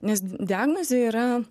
nes diagnozė yra